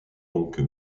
donc